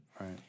right